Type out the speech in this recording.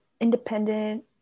independent